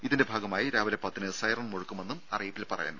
ഇതിന്റെ ഭാഗമായി രാവിലെ പത്തിന് സൈറൺ മുഴക്കുമെന്നും അറിയിപ്പിൽ പറയുന്നു